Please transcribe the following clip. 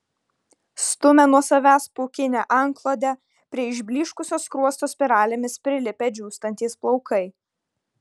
stumia nuo savęs pūkinę antklodę prie išblyškusio skruosto spiralėmis prilipę džiūstantys plaukai